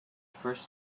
first